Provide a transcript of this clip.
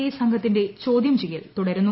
I സംഘത്തിന്റെ ചോദ്യം ചെയ്യൽ തുടരുന്നു